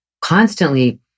constantly